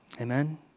Amen